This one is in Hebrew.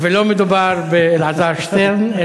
ולא מדובר באלעזר שטרן,